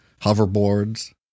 hoverboards